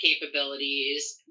capabilities